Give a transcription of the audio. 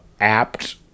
apt